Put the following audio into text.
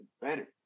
better